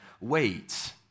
wait